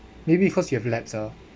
maybe cause you have lapse ah